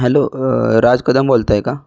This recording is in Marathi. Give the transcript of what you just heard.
हॅलो राज कदम बोलत आहे का